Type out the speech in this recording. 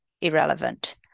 irrelevant